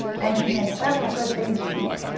and he had several good things to eat,